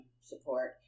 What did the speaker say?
support